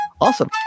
awesome